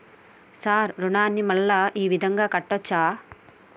Sir రుణాన్ని మళ్ళా ఈ విధంగా కట్టచ్చా?